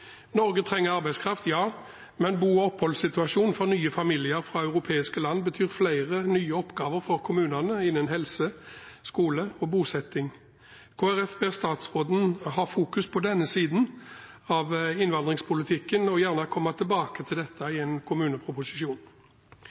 Norge trenger arbeidskraft, ja, men bo- og oppholdssituasjonen for nye familier fra europeiske land betyr flere nye oppgaver for kommunene innen helse, skole og bosetting. Kristelig Folkeparti ber statsråden fokusere på denne siden av innvandringspolitikken og gjerne komme tilbake til dette i en kommuneproposisjon.